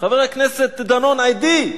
חבר הכנסת דנון עֵדי.